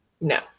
No